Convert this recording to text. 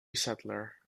settler